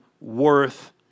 worth